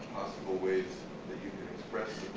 ways that you can express